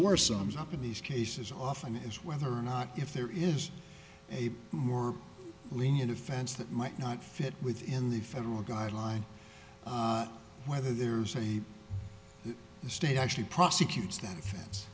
worst sums up in these cases often is whether or not if there is a more lenient offense that might not fit within the federal guidelines whether there's a state actually prosecutes that